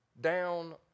down